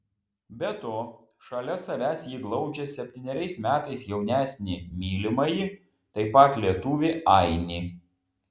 be to šalia savęs ji glaudžia septyneriais metais jaunesnį mylimąjį taip pat lietuvį ainį